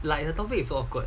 like the topic is so awkward